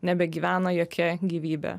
nebegyvena jokia gyvybė